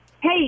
hey